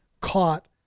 caught